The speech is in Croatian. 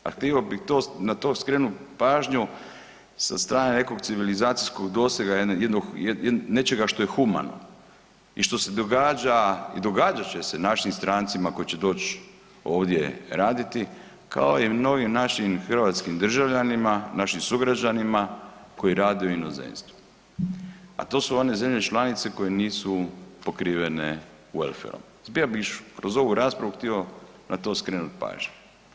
A htio bih na to skrenuti pažnju sa strane nekog civilizacijskog dosega jednog, nečega što je humano i što se događa i događat će se našim strancima koji će doći ovdje raditi kao i mnogim naših hrvatskim državljanima našim sugrađanima koji rade u inozemstvu, a to su one zemlje članice koje nisu pokrivene …/nerazumljivo/… kroz ovu raspravu htio na skrenuti pažnju.